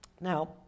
Now